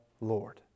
Lord